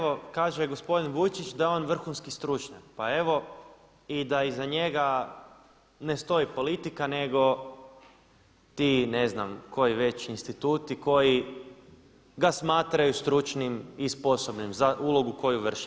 Pa evo kaže gospodin Vujčić da je on vrhunski stručnjak, pa evo, i da iza njega ne stoji politika nego ti ne znam koji već instituti koji ga smatraju stručnim i sposobnim za ulogu koju vrši.